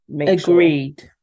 Agreed